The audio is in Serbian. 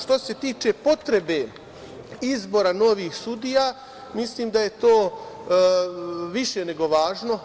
Što se tiče potrebe izbora novih sudija, mislim da je to više nego važno.